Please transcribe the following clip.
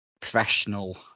professional